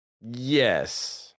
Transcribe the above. Yes